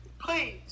Please